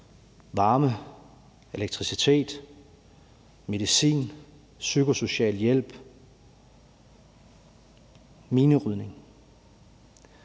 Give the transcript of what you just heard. varme, elektricitet, medicin, psykosocial hjælp, minerydning.